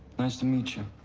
nice to meet you.